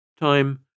time